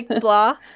blah